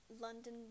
london